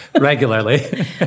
regularly